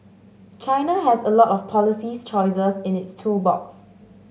China has a lot of policy choices in its tool box